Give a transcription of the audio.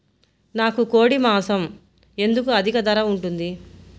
నాకు కోడి మాసం ఎందుకు అధిక ధర ఉంటుంది?